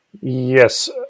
Yes